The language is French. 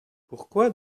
pourquoi